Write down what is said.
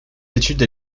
études